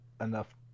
enough